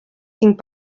cinc